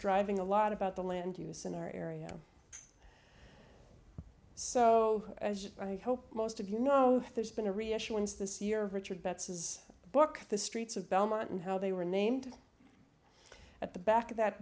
driving a lot about the land use scenario so i hope most of you know there's been a reassurance this year richard betts his book the streets of belmont and how they were named at the back of that